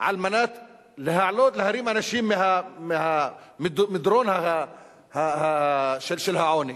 כדי להעלות, להרים אנשים מהמדרון של העוני.